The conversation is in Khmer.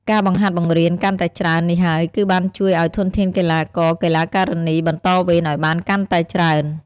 ការបង្ហាត់បង្រៀនកាន់តែច្រើននេះហើយ គឺបានជួយអោយធនធានកីឡាករ-កីឡាការិនីបន្តវេនឱ្យបានកាន់តែច្រើន។